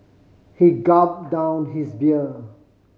he gulp down his beer